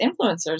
influencers